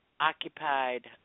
occupied